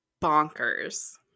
bonkers